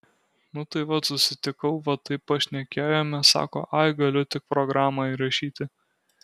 nu tai vat susitikau va taip pašnekėjome sako ai galiu tik programą įrašyti